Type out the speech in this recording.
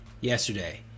yesterday